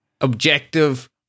objective